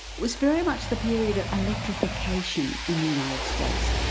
was very much the period of electrification in the united states.